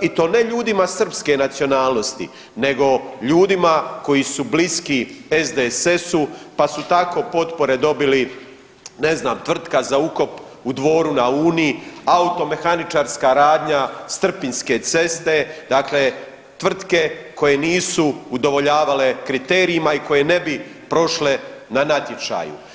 i to ne ljudima srpske nacionalnosti nego ljudima koji su bliski SDSS-u, pa su tako potpore dobili ne znam tvrtka za ukop u Dvoru na Uni, automehaničarska radnja s Trpinjske ceste, dakle tvrtke koje nisu udovoljavale kriterijima i koje ne bi prošle na natječaju.